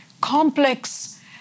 complex